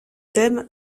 thème